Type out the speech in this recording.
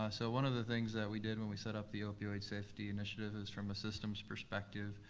so one of the things that we did when we set up the opioid safety initiative is from a systems perspective,